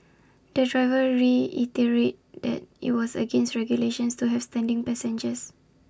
the driver reiterated that IT was against regulations to have standing passengers